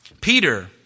Peter